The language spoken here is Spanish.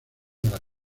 las